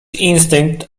instynkt